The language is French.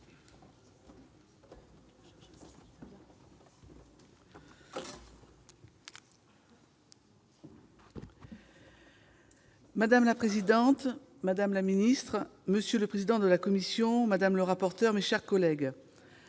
Madame la présidente, madame la ministre, monsieur le président de la commission, madame la rapporteure, mes chers collègues